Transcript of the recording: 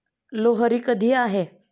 लोहरी कधी आहे?